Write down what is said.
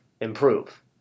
improve